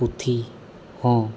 ᱯᱩᱛᱷᱤ ᱦᱚᱸ